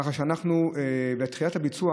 תחילת הביצוע,